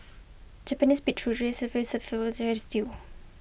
Japanese be true rice service stew